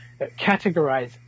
categorize